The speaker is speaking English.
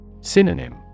Synonym